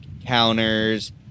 encounters